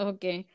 Okay